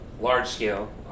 large-scale